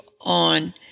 on